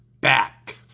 back